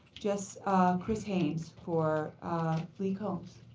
just chris haines for lee combs.